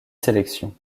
sélections